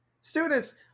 students